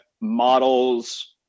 models